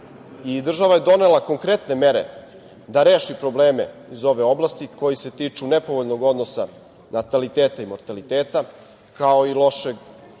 država je donela konkretne mere da reši probleme iz ove oblasti koji se tiču nepovoljnog odnosa nataliteta i mortaliteta, kao i lošeg